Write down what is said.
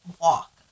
walk